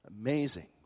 Amazing